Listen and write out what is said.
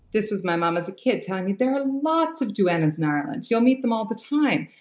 this was my mum as a kid telling me there are lots of duanas in ireland. you'll meet them all the time.